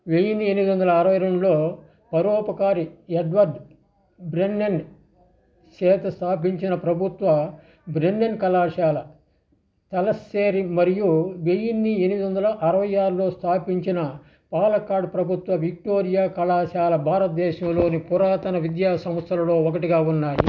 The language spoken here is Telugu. వెయ్యిన్ని ఎనిమిదొందల అరవై రెండ్లో పరోపకారి ఎడ్వర్డ్ బ్రెన్నిన్ చేత స్థాపించిన ప్రభుత్వ బ్రెన్నిన్ కళాశాల కలస్సేరి మరియు వెయ్యిన్ని ఎనిమిదొందల అరవై ఆరులో స్థాపించిన పాలక్కాడ్ విక్టోరియా కళాశాల భారతదేశంలోని పురాతన విద్యా సంస్థలలో ఒకటిగా ఉన్నాయి